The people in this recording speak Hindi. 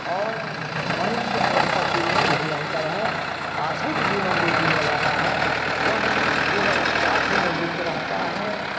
और मनुष्य और पशु में यही अंतर है पाश्विक जीवन जो जीने वाला है वह केवल स्वार्थ में लिप्त रहता है